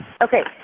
okay